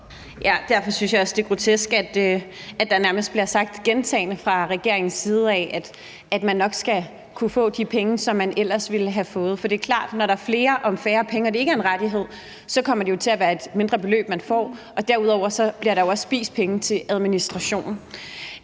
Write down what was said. Derfor synes jeg også, det er grotesk, at det nærmest bliver sagt gentagne gange fra regeringens side, at man nok skal kunne få de penge, som man ellers ville have fået. For det er klart, at når der er flere om færre penge og det ikke er en rettighed, så kommer det jo til at være et mindre beløb, man får, og derudover bliver der også spist penge i forhold til administration.